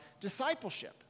discipleship